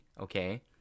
okay